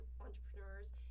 entrepreneurs